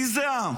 מי זה העם?